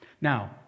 Now